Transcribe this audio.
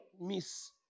miss